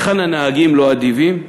היכן הנהגים לא אדיבים,